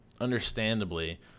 understandably